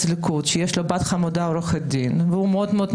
ליכוד שיש לו בת חמודה עורכת דין והוא מאוד מאוד מקושר.